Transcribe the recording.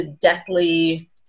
deathly